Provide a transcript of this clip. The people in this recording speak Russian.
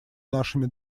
нашими